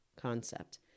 concept